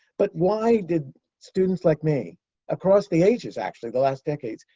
but why did students like me across the ages, actually, the last decades,